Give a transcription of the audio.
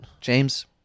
james